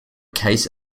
case